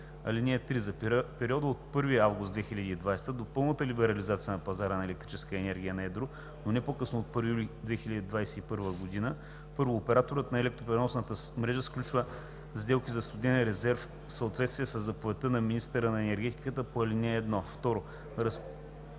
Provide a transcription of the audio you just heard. г. (3) За периода от 1 август 2020 г. до пълната либерализация на пазара на електрическа енергия на едро, но не по късно от 1 юли 2021 г.: 1. операторът на електропреносната мрежа сключва сделки за студен резерв в съответствие със заповедта на министъра на енергетиката по ал. 2; 2.